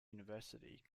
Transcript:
university